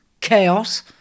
Chaos